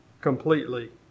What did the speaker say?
completely